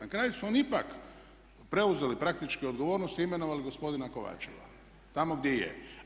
Na kraju su oni ipak preuzeli praktički odgovornost i imenovali gospodina Kovačeva tamo gdje je.